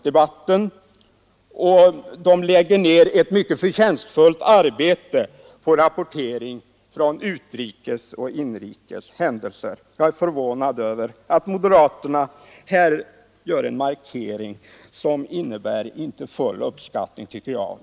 De lägger ner ett mycket förtjänstfullt arbete på rapportering från utrikes och inrikes händelser. Jag är förvånad över att moderaterna här gör en markering som enligt min mening innebär inte full uppskattning av den insatsen.